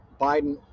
Biden